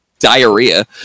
Diarrhea